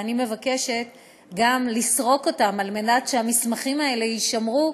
ואני מבקשת גם לסרוק אותם על מנת שהמסמכים האלה יישמרו,